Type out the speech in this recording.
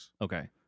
Okay